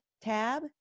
tab